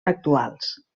actuals